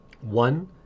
one